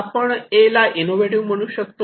आपण ' ए' ला इनोव्हेटिव्ह म्हणू शकतो